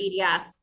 EDS